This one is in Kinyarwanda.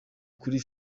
kuri